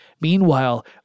Meanwhile